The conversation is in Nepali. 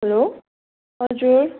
हेलो हजुर